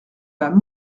madame